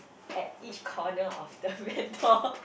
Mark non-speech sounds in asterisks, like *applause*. at each corner of the vendor *laughs*